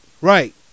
Right